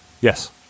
Yes